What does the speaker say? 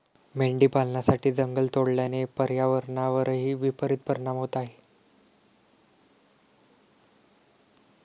मेंढी पालनासाठी जंगल तोडल्याने पर्यावरणावरही विपरित परिणाम होत आहे